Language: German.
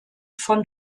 von